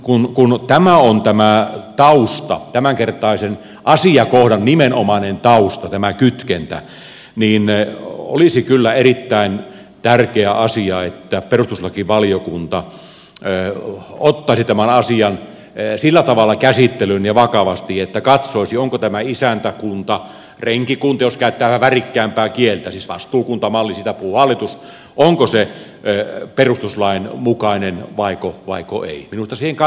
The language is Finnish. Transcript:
kun tämä on tämä tausta tämänkertaisen asiakohdan nimenomainen tausta on tämä kytkentä niin olisi kyllä erittäin tärkeä asia että perustuslakivaliokunta ottaisi tämän asian sillä tavalla käsittelyyn ja vakavasti että katsoisi onko tämä isäntäkuntarenkikunta jos käyttää vähän värikkäämpää kieltä siis vastuukuntamalli siitä puhuu hallitus perustuslain mukainen vaiko ei